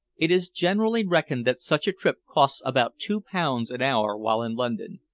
it is generally reckoned that such a trip costs about two pounds an hour while in london.